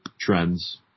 Trends